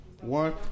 one